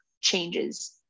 changes